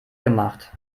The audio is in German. gemacht